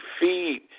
feed